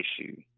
issue